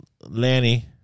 Lanny